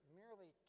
merely